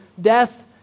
death